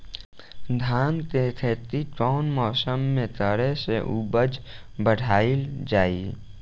धान के खेती कौन मौसम में करे से उपज बढ़ाईल जाई?